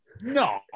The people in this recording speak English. no